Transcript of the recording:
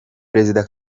perezida